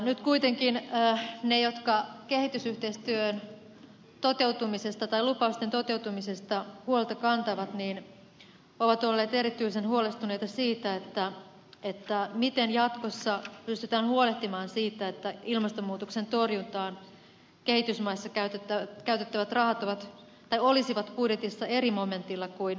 nyt kuitenkin ne jotka kehitysyhteistyön toteutumisesta tai lupausten toteutumisesta huolta kantavat ovat olleet erityisen huolestuneita siitä miten jatkossa pystytään huolehtimaan siitä että ilmastomuutoksen torjuntaan kehitysmaissa käytettävät rahat olisivat budjetissa eri momentilla kuin muu kehitysyhteistyö